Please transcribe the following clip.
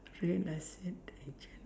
real estate agent